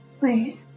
Wait